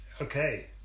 Okay